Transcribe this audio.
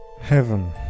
Heaven